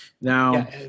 now